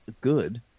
good